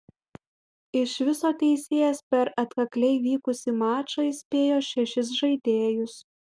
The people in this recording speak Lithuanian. iš viso teisėjas per atkakliai vykusį mačą įspėjo šešis žaidėjus